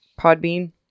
Podbean